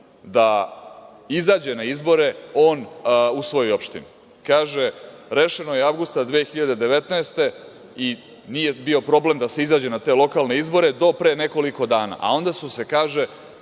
da izađe na izbore on u svojoj opštini. Kaže – rešeno je avgusta 2019. godine i nije bio problem da se izađe na te lokalne izbore do pre nekoliko dana, a onda su se, kaže,